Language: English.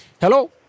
Hello